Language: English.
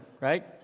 right